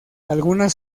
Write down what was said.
algunas